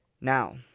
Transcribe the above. Now